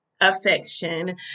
affection